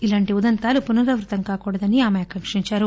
ఇలాంటి ఉదంతాలు పునరావృతం కాకూడదని ఆమె ఆకాంకించారు